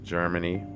Germany